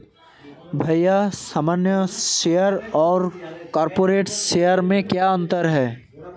भैया सामान्य शेयर और कॉरपोरेट्स शेयर में क्या अंतर है?